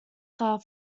far